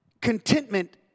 contentment